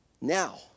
Now